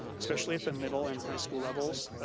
especially at the middle and high school levels.